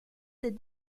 des